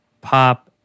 pop